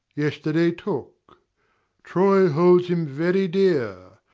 yesterday took troy holds him very dear.